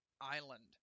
island